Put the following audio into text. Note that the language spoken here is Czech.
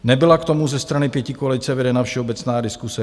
Nebyla k tomu ze strany pětikoalice vedena všeobecná diskuse.